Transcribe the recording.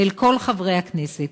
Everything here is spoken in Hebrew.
ואל כל חברי הכנסת: